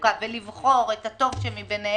תעסוקה ולבחור את הטוב ביניהם,